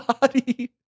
body